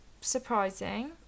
surprising